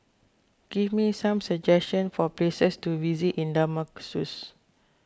give me some suggestions for places to visit in Damascus